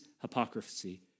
hypocrisy